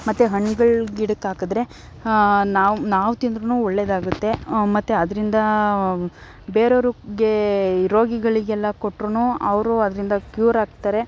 ಮತ್ತು ಹಣ್ಣುಗಳ ಗಿಡಕ್ಕೆ ಹಾಕಿದ್ರೆ ನಾವು ನಾವು ತಿಂದ್ರೂ ಒಳ್ಳೇದಾಗುತ್ತೆ ಮತ್ತು ಅದರಿಂದ ಬೇರೆಯವ್ರಿಗೆ ರೋಗಿಗಳಿಗೆಲ್ಲ ಕೊಟ್ರೂ ಅವರು ಅದರಿಂದ ಕ್ಯೂರ್ ಆಗ್ತಾರೆ